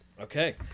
Okay